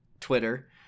Twitter